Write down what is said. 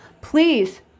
please